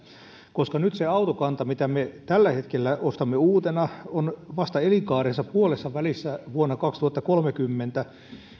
koska se autokanta mitä me tällä hetkellä ostamme uutena on vasta elinkaarensa puolessavälissä vuonna kaksituhattakolmekymmentä